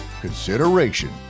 consideration